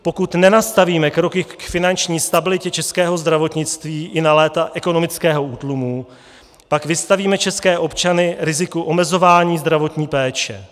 Pokud nenastavíme kroky k finanční stabilitě českého zdravotnictví i na léta ekonomického útlumu, pak vystavíme české občany riziku omezování zdravotní péče.